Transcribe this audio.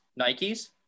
Nikes